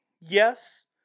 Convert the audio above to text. yes